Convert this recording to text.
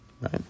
Right